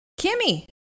Kimmy